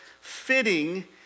fitting